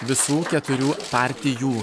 visų keturių partijų